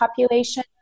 population